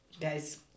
guys